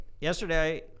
yesterday